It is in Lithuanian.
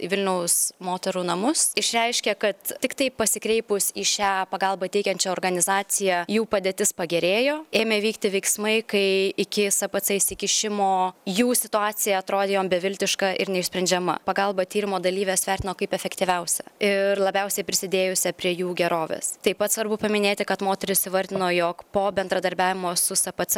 vilniaus moterų namus išreiškė kad tiktai pasikreipus į šią pagalbą teikiančia organizacija jų padėtis pagerėjo ėmė vykti veiksmai kai iki spc įsikišimo jų situacija atrodė jom beviltiška ir neišsprendžiama pagalba tyrimo dalyvės vertino kaip efektyviausią ir labiausiai prisidėjusią prie jų gerovės taip pat svarbu paminėti kad moteris įvardino jog po bendradarbiavimo su spc